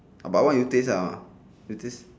about what you taste ah it is